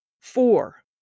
Four